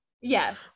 Yes